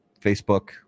Facebook